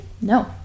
no